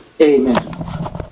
amen